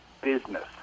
business